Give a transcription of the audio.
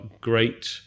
great